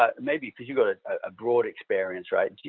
ah and maybe because you've got a ah broad experience, right?